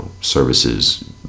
services